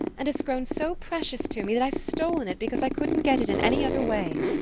and it's grown so precious to me that i've stolen it because i couldn't get it in any other way.